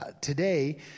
Today